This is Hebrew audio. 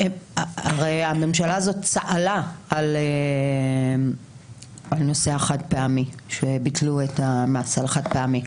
הרי הממשלה הזו צהלה על נושא ביטול המס על החד פעמי.